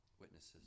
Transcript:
witnesses